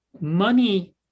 money